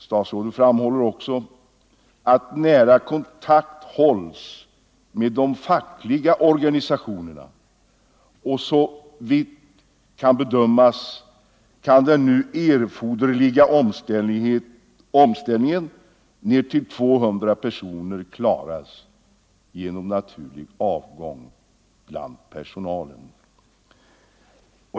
Statsrådet framhåller också att nära kontakt hålls med de fackliga organisationerna, och såvitt kan bedömas kan den nu erforderliga omställningen ned till 200 personer klaras genom naturlig avgång bland personalen.